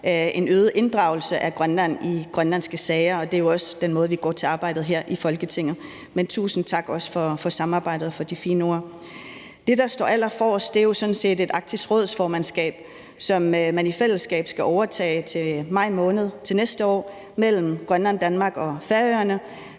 en øget inddragelse af Grønland i grønlandske sager, og det er jo også den måde, vi går til arbejde her i Folketinget på. Men tusind tak også for samarbejdet og for de pæne ord. Det, der står allerforrest, er jo sådan set et Arktisk Råds-formandskab, som man i fællesskab skal overtage til maj måned næste år mellem Grønland, Danmark og Færøerne.